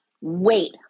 wait